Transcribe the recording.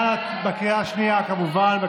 בקריאה השנייה, כמובן.